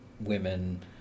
women